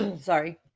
Sorry